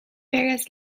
various